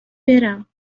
برم